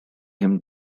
him